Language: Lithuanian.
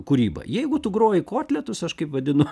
kūryba jeigu tu groji kotletus aš kaip vadinu